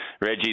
Reggie